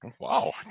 Wow